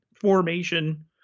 formation